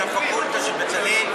של הפקולטה של "בצלאל",